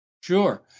Sure